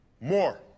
More